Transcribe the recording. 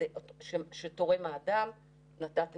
זה תחבורה ימית, תחבורה יבשתית.